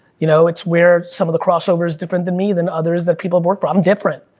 you know it's where some of the cross-over's different than me, than others that people have worked for. i'm different,